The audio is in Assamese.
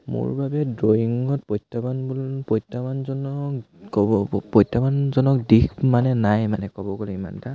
মোৰ বাবে ড্ৰয়িঙত প্ৰত্যাহ্বানবোৰ প্ৰত্যাহ্বানজনক ক'ব প্ৰত্যাহ্বানজনক দিশ মানে নাই মানে ক'ব গ'লে ইমানটা